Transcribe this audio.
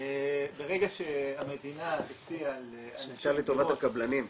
ברגע המדינה הציעה ל --- שינתה לטובת הקבלנים.